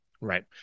Right